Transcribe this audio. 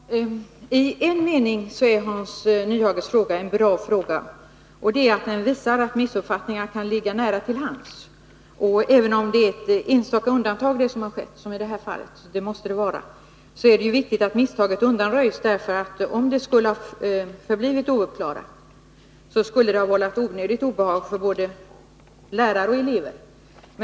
Fru talman! I en mening är Hans Nyhages fråga bra, nämligen däri att den visar att missuppfattningar kan ligga nära till hands. Det som skett i detta fall är ett enstaka undantag — det måste det vara fråga om — och det är viktigt att misstaget undanröjs. Om det skulle ha förblivit ouppklarat, skulle det ha vållat obehag för båda lärare och elever.